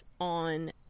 on